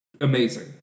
amazing